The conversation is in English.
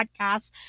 podcast